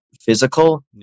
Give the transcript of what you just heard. physical